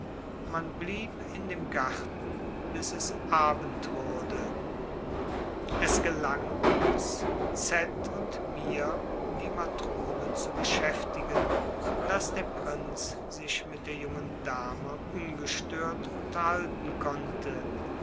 man blieb in dem garten bis es abend wurde es gelang uns z und mir die matrone zu beschäftigen daß der prinz sich mit der jungen dame ungestört unterhalten konnte